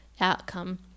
outcome